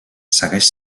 segueix